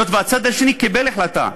היות שהצד השני קיבל החלטה.